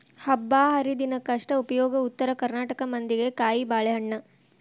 ಹಬ್ಬಾಹರಿದಿನಕ್ಕ ಅಷ್ಟ ಉಪಯೋಗ ಉತ್ತರ ಕರ್ನಾಟಕ ಮಂದಿಗೆ ಕಾಯಿಬಾಳೇಹಣ್ಣ